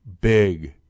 big